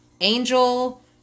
Angel